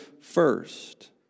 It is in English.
first